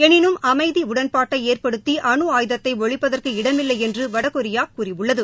எளினும் அமைதி உடன்பாட்டை ஏற்படுத்தி அணு ஆயுதத்தை ஒழிப்பதற்கு இடமில்லை என்று வடகொரியா கூறியுள்ளது